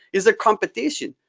is there competition?